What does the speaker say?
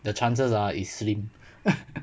the chances are slim